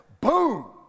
Boom